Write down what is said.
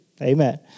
Amen